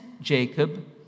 Jacob